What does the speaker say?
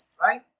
right